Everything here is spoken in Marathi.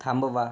थांबवा